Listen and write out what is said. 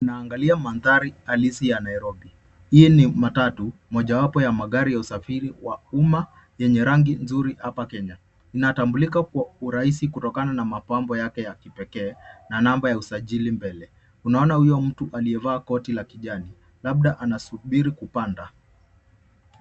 Tunangalia mandhari haisi ya Nairobi, hii ni matatu, moja wapo ya magari ya usafiri wa umma yenye rangi nzuri hapa Kenya, inatambulika kwa urahisi kutokana na mapambo yake ya kipekee na namba ya usajili mbele. Tunaona uyo mtu aliyevaa koti la kijani, labda anasubiri kupanda.